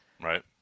Right